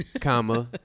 comma